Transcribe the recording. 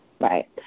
Right